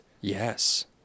Yes